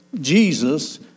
Jesus